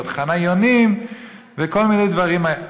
ועוד חניונים וכל מיני דברים.